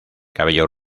cabello